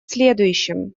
следующем